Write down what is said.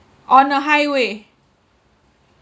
on a highway